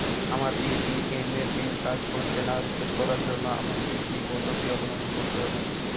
আমার এ.টি.এম এর পিন কাজ করছে না রিসেট করার জন্য আমায় কী কী পদ্ধতি অবলম্বন করতে হবে?